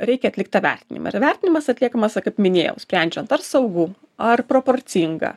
reikia atlikt tą vertinimą ir vertinimas atliekamas va kaip minėjau sprendžiant ar saugu ar proporcinga